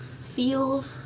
field